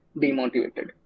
demotivated